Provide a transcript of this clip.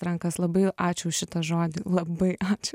rankas labai ačiū už šitą žodį labai ačiū